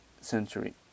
century